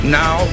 now